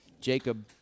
Jacob